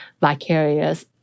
vicarious